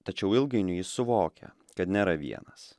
tačiau ilgainiui jis suvokia kad nėra vienas